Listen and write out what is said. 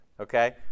Okay